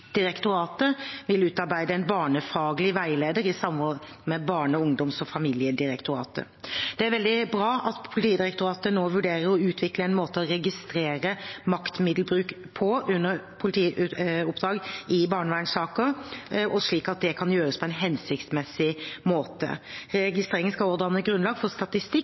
vil utarbeide en barnefaglig veileder i samråd med Barne-, ungdoms- og familiedirektoratet. Det er veldig bra at Politidirektoratet nå vurderer å utvikle en måte å registrere maktmiddelbruk på under politioppdrag i barnevernssaker, slik at det kan gjøres på en hensiktsmessig måte. Registreringen skal danne grunnlag for statistikk